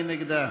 מי נגדה?